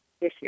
issue